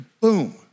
boom